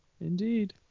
indeed